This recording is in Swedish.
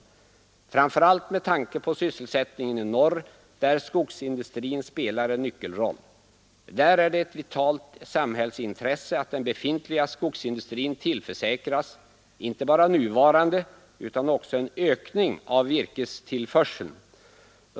Framför allt med tanke på sysselsättningen i norr där skogsindustrin spelar en nyckelroll. Där är det ett vitalt samhällsintresse att den befintliga skogsindustrin tillförsäkras inte bara nuvarande, utan också en ökning av virkestillförseln.